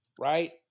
right